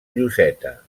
lloseta